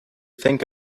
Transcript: think